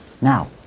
Now